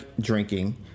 drinking